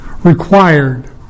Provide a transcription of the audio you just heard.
Required